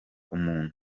umuntu